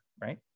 right